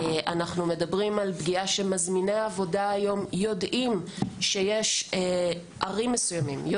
אנחנו מדברים על פגיעה שמזמיני העבודה היום יודעים שיש ערים מסוימות,